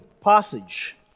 passage